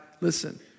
listen